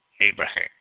Abraham